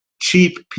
cheap